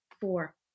Four